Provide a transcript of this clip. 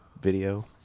video